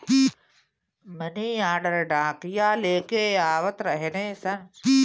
मनी order डाकिया लेके आवत रहने सन